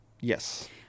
yes